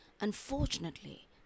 unfortunately